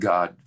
God